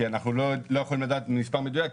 אנחנו לא יכולים לדעת מספר מדויק,